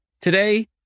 today